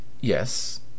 Yes